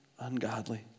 ungodly